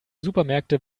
supermärkte